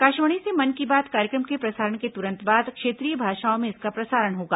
आकाशवाणी से मन की बात कार्यक्रम के प्रसारण के तुरंत बाद क्षेत्रीय भाषाओं में इसका प्रसारण होगा